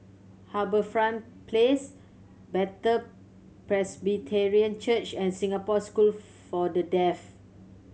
HarbourFront Place Bethel Presbyterian Church and Singapore School for The Deaf